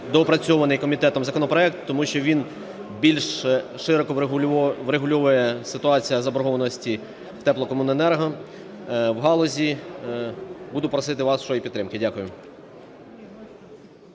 доопрацьований комітетом законопроект, тому що він більш широко врегульовує ситуацію заборгованості в теплокомуненерго, в галузі. Буду просити вас щодо підтримки. Дякую.